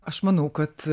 aš manau kad